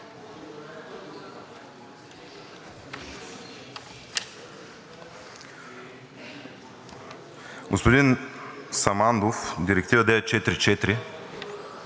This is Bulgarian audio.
Господин Самандов, Директива 944